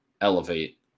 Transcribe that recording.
elevate